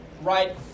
right